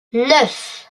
neuf